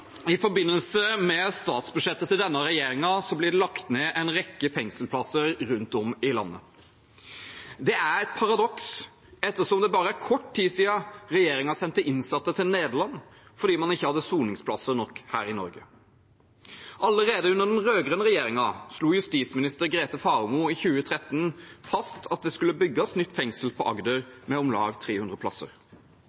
I forbindelse med statsbudsjettet til denne regjeringen blir det lagt ned en rekke fengselsplasser rundt om i landet. Det er et paradoks ettersom det bare er kort tid siden regjeringen sendte innsatte til Nederland fordi man ikke hadde soningsplasser nok her i Norge. Allerede under den rød-grønne regjeringen slo justisminister Grete Faremo i 2013 fast at det skulle bygges nytt fengsel i Agder